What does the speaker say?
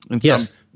Yes